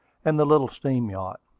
and the little steam-yacht.